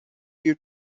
due